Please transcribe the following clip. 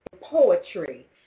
poetry